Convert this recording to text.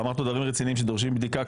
ואמרת פה דברים רציניים שדורשים בדיקה,